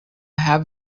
have